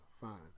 Fine